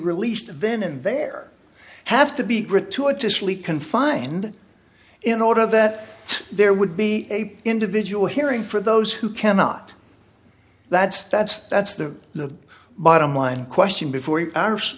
released then and there have to be gratuitously confined in order that there would be a individual hearing for those who cannot that's that's that's the bottom line question before